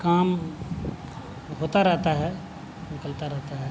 کام ہوتا رہتا ہے نکلتا رہتا ہے